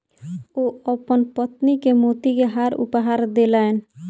ओ अपन पत्नी के मोती के हार उपहार देलैन